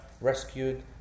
rescued